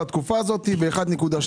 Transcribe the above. המחירים עלו ב-1.2%.